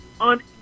on